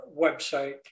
website